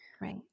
Right